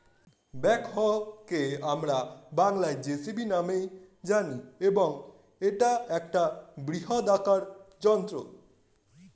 ব্যাকহোকে আমরা বংলায় জে.সি.বি নামেই জানি এবং এটা একটা বৃহদাকার গাড়ি যন্ত্র